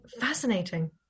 fascinating